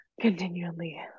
continually